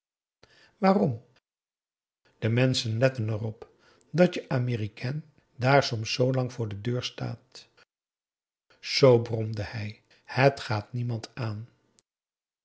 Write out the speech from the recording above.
waarom de menschen letten erop dat je américaine daar soms zoolang voor de deur staat zoo bromde hij het gaat niemand aan